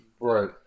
Right